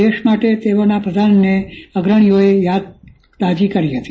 દેશમાટે તેમના પ્રદાનની અગ્રણીઓએ યાદ તાજી કરી હતી